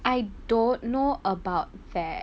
I don't know about that